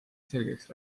selgeks